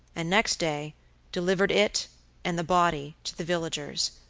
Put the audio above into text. and next day delivered it and the body to the villagers,